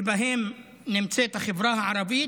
שבהם נמצאת החברה הערבית,